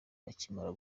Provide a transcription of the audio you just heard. bakimara